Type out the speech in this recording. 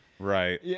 right